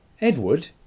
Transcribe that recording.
Edward